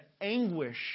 anguish